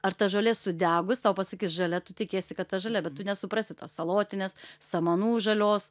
ar ta žolė sudegus tau pasakys žalia tu tikiesi kad ta žalia bet tu nesuprasi tos salotinės samanų žalios